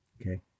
okay